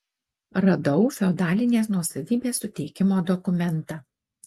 radau feodalinės nuosavybės suteikimo dokumentą